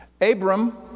Abram